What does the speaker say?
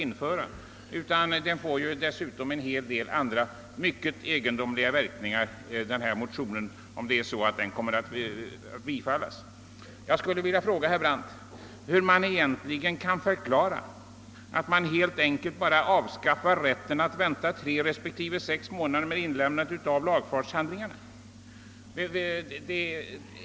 Om förslaget i motionen bifalles får det nämligen en hel del andra, mycket egendomliga verkningar. Jag vill fråga herr Brandt hur det kan förklaras att man helt enkelt avskaffar rätten att vänta tre respektive sex månader med inlämnandet av lagfartshandlingar.